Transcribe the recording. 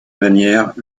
manière